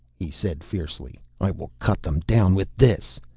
he said fiercely. i will cut them down with this!